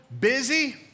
busy